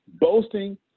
boasting